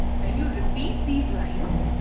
when you repeat these lines,